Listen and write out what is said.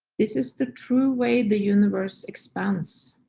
this is the true way the universe expands.